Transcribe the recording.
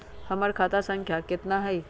हमर खाता संख्या केतना हई?